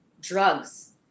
drugs